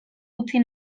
utzi